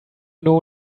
know